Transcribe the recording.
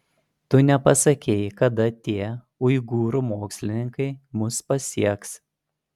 tu nepasakei kada tie uigūrų mokslininkai mus pasieks